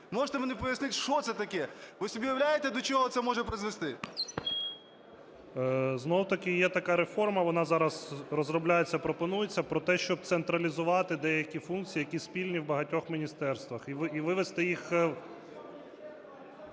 Можете мені пояснити, що це таке? Ви собі уявляєте до чого це може призвести? 12:24:07 КОРНІЄНКО О.С. Знову ж таки є така реформа, вона зараз розробляється, пропонується про те, щоб централізувати деякі функції, які спільні в багатьох міністерствах, і вивести їх.